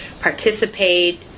participate